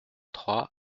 trois